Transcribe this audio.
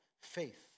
faith